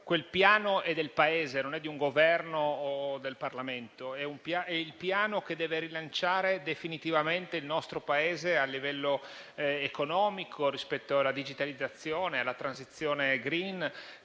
quel Piano è del Paese, e non del Governo o del Parlamento. È il Piano che deve rilanciare definitivamente il nostro Paese a livello economico rispetto alla digitalizzazione, alla transizione *green*